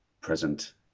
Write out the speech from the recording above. present